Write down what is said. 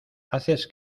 haces